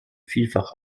vielfach